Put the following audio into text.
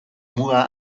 muga